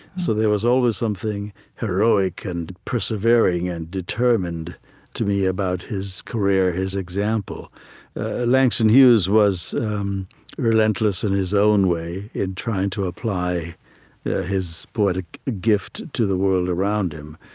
so there was always something heroic and persevering and determined to me about his career, his example langston hughes was relentless in his own way in trying to apply his poetic gift to the world around him.